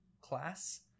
class